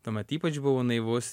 tuomet ypač buvau naivus